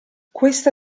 questa